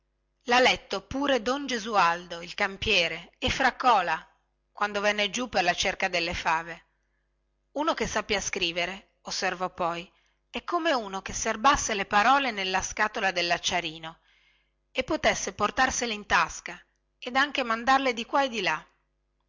lha letto pure don gesualdo il campiere e fra cola quando venne giù per la cerca delle fave uno che sappia scrivere osservò poi è come uno che serbasse le parole nella scatola dellacciarino e potesse portarsele in tasca ed anche mandarle di quà e di là